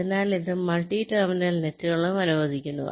അതിനാൽ ഇത് multi terminal നെറ്റുകളും അനുവദിക്കുന്നു